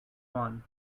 fun